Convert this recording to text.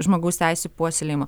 žmogaus teisių puoselėjimo